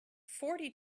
forty